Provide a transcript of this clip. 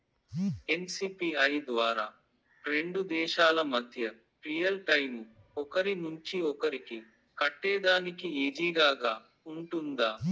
NCPI ద్వారా రెండు దేశాల మధ్య రియల్ టైము ఒకరి నుంచి ఒకరికి కట్టేదానికి ఈజీగా గా ఉంటుందా?